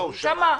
הוא שמע.